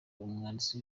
umwanditsi